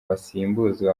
basimbuzwa